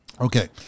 okay